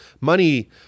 money